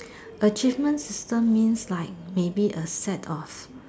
achievement system means like maybe a set of